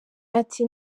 ati